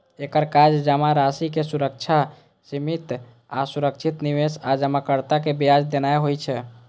एकर काज जमाराशिक सुरक्षा, सीमित आ सुरक्षित निवेश आ जमाकर्ता कें ब्याज देनाय होइ छै